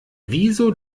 wieso